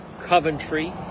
Coventry